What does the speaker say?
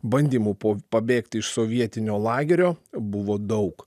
bandymų po pabėgti iš sovietinio lagerio buvo daug